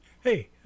hey